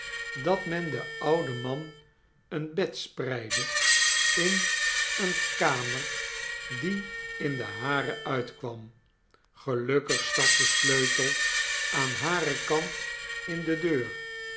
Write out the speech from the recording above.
dat men den ouden man een bed spreidde in eene kamer die in de hare uitkwam gelukkig stak de sleutel aan haar kant in de deur